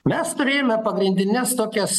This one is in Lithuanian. mes turėjome pagrindines tokias